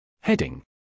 Heading